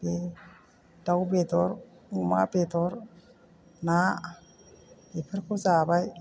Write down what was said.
बे दाउ बेदर अमा बेदर ना बेफोरखौ जाबाय